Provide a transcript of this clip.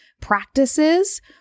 practices